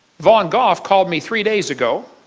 vaughn goff called me three days ago,